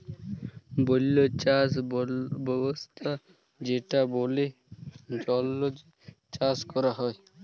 বল্য চাস ব্যবস্থা যেটা বলে জঙ্গলে চাষ ক্যরা হ্যয়